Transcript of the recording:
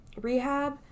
rehab